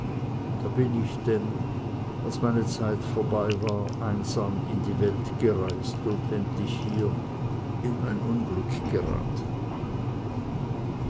da bin ich denn als meine zeit vorbei war einsam in die welt gereist und endlich hier in mein unglück geraten